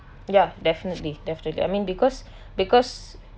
ya definitely definitely I mean because because